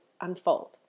unfold